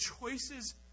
choices